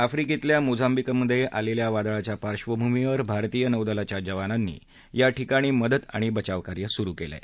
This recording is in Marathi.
आफ्रीकेतल्या मोझाम्बिकमध्ये आलेल्या वादळाच्या पार्बभूमीवर भारतीय नौदलाच्या जवानांनी याठिकाणी मदत आणि बचावकार्य सुरू केलं आहे